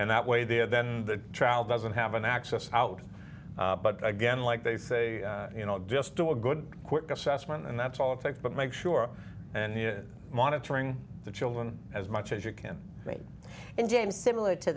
and that way there then the child doesn't have an access out but again like they say you know just do a good quick assessment and that's all it takes but make sure he is monitoring the children as much as you can read in james similar to